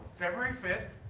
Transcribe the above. february fifth.